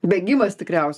bėgimas tikriausiai